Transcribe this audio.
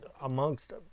amongst